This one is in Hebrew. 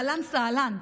אהלן וסהלן.